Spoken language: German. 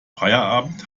feierabend